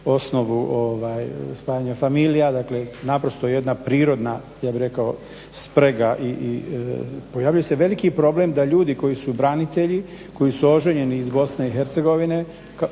osnovu spajanja familija. Dakle, naprosto jedna prirodna ja bih rekao sprega, pojavljuje se veliki problem da ljudi koji su branitelji, koji su oženjeni iz Bosne i Hercegovine